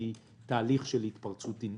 תהליך של התפרצות אינפלציונית.